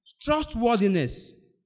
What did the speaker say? trustworthiness